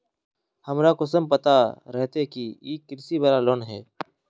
हमरा कुंसम पता रहते की इ कृषि वाला लोन है?